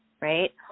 right